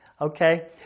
Okay